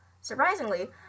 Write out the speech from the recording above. surprisingly